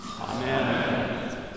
Amen